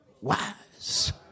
wise